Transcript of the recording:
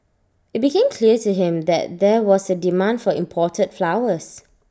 IT became clear to him that there was A demand for imported flowers